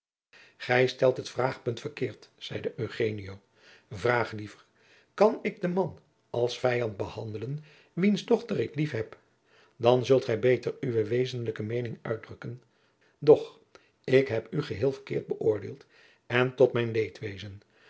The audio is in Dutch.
gij stelt het vraagpunt verkeerd zeide eugenio vraag liever kan ik den man als vijand behandelen wiens dochter ik liefheb dan zult gij beter uwe wezenlijke meening uitdrukken doch ik heb u geheel verkeerd bëoordeeld en tot mijn